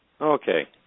Okay